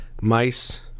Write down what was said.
mice